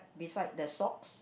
beside the socks